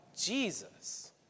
Jesus